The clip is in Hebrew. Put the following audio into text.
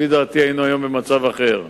לפי דעתי היינו במצב אחר.